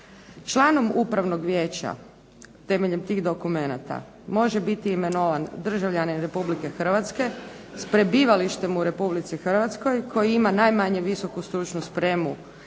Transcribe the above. Članom upravnog vijeća temeljem tih dokumenata može biti imenovan državljanin Republike Hrvatske sa prebivalištem u Republici Hrvatskoj koji ima najmanje visoku stručnu spremu